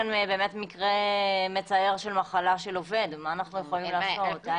הרבנות הראשית מביניהם.